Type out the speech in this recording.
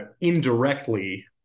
indirectly